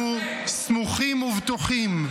אנחנו סמוכים ובטוחים,